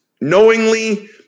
knowingly